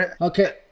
Okay